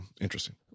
interesting